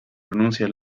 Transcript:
pronuncia